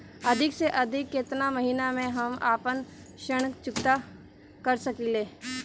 अधिक से अधिक केतना महीना में हम आपन ऋण चुकता कर सकी ले?